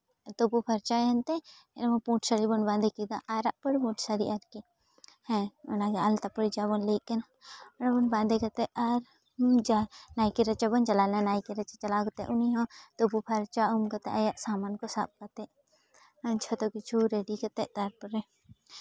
ᱛᱩᱯᱩ ᱯᱷᱟᱨᱪᱟᱭᱮᱱᱛᱮ ᱯᱩᱸᱰ ᱥᱟᱹᱲᱤ ᱵᱚᱱ ᱵᱟᱸᱫᱮ ᱠᱮᱫᱟ ᱟᱨᱟᱜ ᱯᱟᱹᱲ ᱯᱩᱲ ᱥᱟᱲᱤ ᱟᱨᱠᱤ ᱦᱮᱸ ᱚᱱᱟᱜᱮ ᱟᱞᱛᱟ ᱯᱟᱹᱲ ᱡᱟᱦᱟᱸ ᱵᱚᱱ ᱞᱟᱹᱭᱮᱜ ᱠᱟᱱᱟ ᱡᱮᱢᱚᱱ ᱵᱟᱸᱫᱮ ᱠᱟᱛᱮᱜ ᱟᱨ ᱡᱟ ᱱᱟᱭᱠᱮ ᱨᱟᱪᱟ ᱵᱚᱱ ᱪᱟᱞᱟᱣ ᱞᱮᱱᱟ ᱱᱟᱭᱠᱮ ᱨᱟᱪᱟ ᱪᱟᱞᱟᱣ ᱠᱟᱛᱮᱜ ᱩᱱᱤ ᱦᱚᱸ ᱛᱩᱯᱩ ᱯᱷᱟᱨᱪᱟ ᱩᱢ ᱠᱟᱛᱮᱜ ᱟᱭᱟᱜ ᱥᱟᱢᱟᱱ ᱠᱚ ᱥᱟᱵ ᱠᱟᱛᱮᱜ ᱢᱟᱱᱮ ᱡᱷᱚᱛᱚ ᱠᱤᱪᱷᱩ ᱨᱮᱰᱤ ᱠᱟᱛᱮᱜ ᱛᱟᱨᱯᱚᱨᱮ